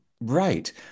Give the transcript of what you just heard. right